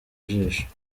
jisho